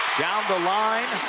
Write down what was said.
down the line